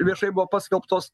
viešai buvo paskelbtos